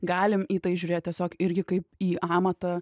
galim į tai žiūrėt tiesiog irgi kaip į amatą